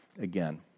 again